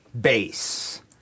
base